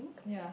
ya